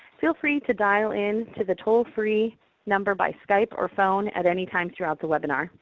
feel free to dial in to the toll-free number by skype or phone at any time throughout the webinar.